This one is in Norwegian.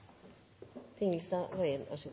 barn og unge.